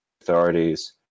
authorities